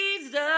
Jesus